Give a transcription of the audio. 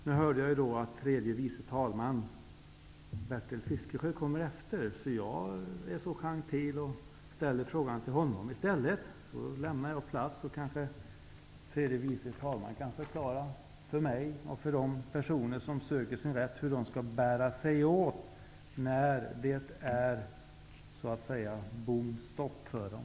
Nu hörde jag att tredje vice talman Bertil Fiskesjö kommer efter mig i talarstolen, och jag är då så gentil att jag ställer frågan till honom i stället. Jag lämnar plats, så kanske tredje vice talmannen kan förklara för mig och för de personer som söker sin rätt: Hur skall de bära sig åt, när det är så att säga bom stopp för dem?